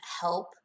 help